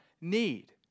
need